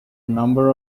number